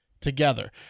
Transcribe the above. together